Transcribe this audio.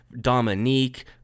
Dominique